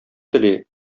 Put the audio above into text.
тели